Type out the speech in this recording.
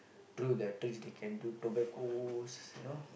through the trees they can do tobaccos you know